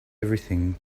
everything